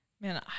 man